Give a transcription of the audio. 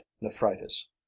nephritis